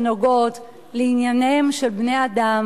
זה לא מופרך שיהיו טריבונלים מיוחדים להגירה,